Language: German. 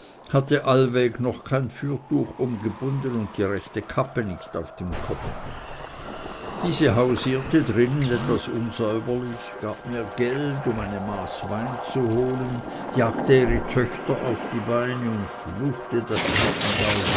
hatte allweg noch kein fürtuch umgebunden und die rechte kappe nicht auf dem kopfe diese hausierte drinnen etwas unsäuberlich gab mir geld um eine maß wein zu holen jagte ihre töchter auf die beine und fluchte